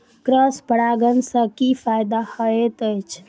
Cross परागण सँ की फायदा हएत अछि?